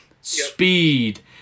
speed